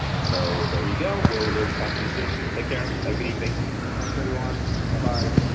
so there you go we'll we'll talk you soon take care have good evening. thanks everyone. bye-bye